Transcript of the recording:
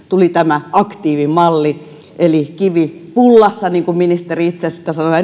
tuli tämä aktiivimalli eli kivi pullassa niin kuin ministeri itse siitä sanoi ja nyt